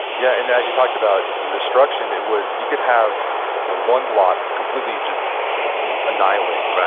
yeah, and as you talked about, the destruction, it was, you could have one block completely just annihilated,